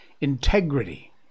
integrity